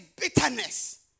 bitterness